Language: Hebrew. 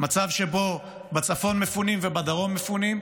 מצב שבו בצפון מפונים ובדרום מפונים,